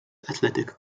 athletic